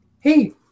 hey